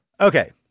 Okay